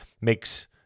makes